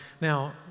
Now